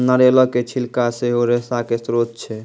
नारियलो के छिलका सेहो रेशा के स्त्रोत छै